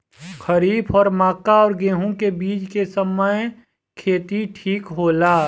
खरीफ और मक्का और गेंहू के बीच के समय खेती ठीक होला?